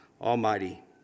Almighty